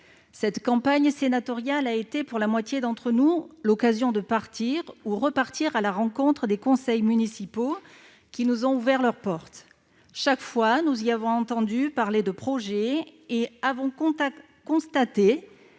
cette campagne sénatoriale a été l'occasion de partir ou repartir à la rencontre des conseils municipaux, qui nous ont ouvert leurs portes. Chaque fois, nous y avons entendu parler de projets et avons constaté